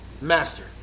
master